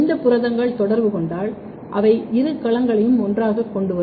இந்த புரதங்கள் தொடர்பு கொண்டால் அவை இரு களங்களையும் ஒன்றாகக் கொண்டுவரும்